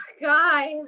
guys